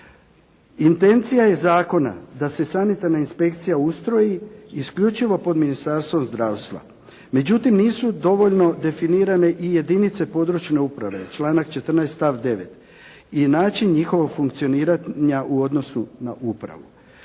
Intencija je zakona da se sanitarna inspekcija ustroji isključivo pod Ministarstvom zdravstva, međutim, nisu dovoljno definirane i jedinice područne uprave, članak 14. stavak 9. i način njihovog funkcioniranja u odnosu na upravu.